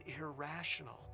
irrational